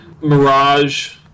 Mirage